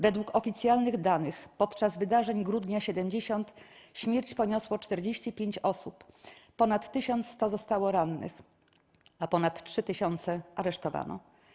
Według oficjalnych danych podczas wydarzeń Grudnia ’70 śmierć poniosło 45 osób, ponad 1100 zostało rannych, a ponad 3 tys. aresztowano.